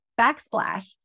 backsplash